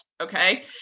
Okay